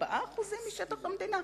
4% משטח המדינה.